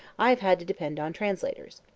i have had to depend on translators.